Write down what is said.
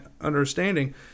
understanding